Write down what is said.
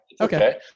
okay